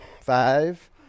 Five